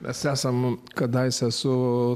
mes esam kadaise su